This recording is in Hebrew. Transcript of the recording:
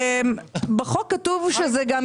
שאלה נוספת היא